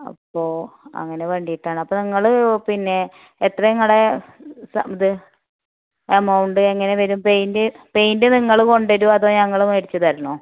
അപ്പോൾ അങ്ങനെ വേണ്ടിയിട്ടാണ് അപ്പം നിങ്ങൾ പിന്നെ എത്ര നിങ്ങളുടെ സം ഇത് എമൗണ്ട് എങ്ങനെ വരും പെയിൻറ് പെയിൻറ് നിങ്ങൾ കൊണ്ടുവരുമോ അതോ ഞങ്ങൾ മേടിച്ച് തരണോ